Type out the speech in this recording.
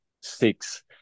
six